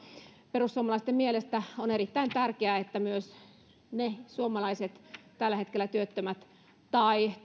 perussuomalaisten mielestä on erittäin tärkeää että myös ne tällä hetkellä työttömät tai